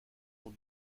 ont